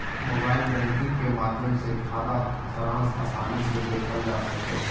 mobile banking के माध्यम से खाता सारांश आसानी से देखल जा सको हय